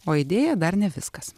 o idėja dar ne viskas